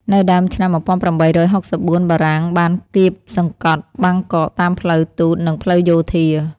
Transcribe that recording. នៅដើមឆ្នាំ១៨៦៤ បារាំងបានគាបសង្កត់បាងកកតាមផ្លូវទូតនិងផ្លូវយោធា។